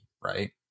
right